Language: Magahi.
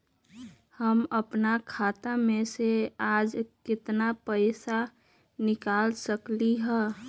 हम अपन खाता में से आज केतना पैसा निकाल सकलि ह?